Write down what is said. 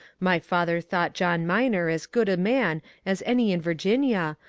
my father thought john minor as good a man as any in vir ginia,